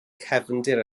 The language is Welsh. cefndir